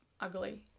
ugly